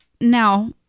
now